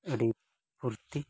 ᱟᱹᱰᱤ ᱯᱷᱩᱨᱛᱤ